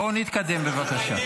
בואו נתקדם, בבקשה.